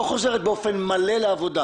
לא חוזרת באופן מלא לעבודה.